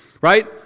right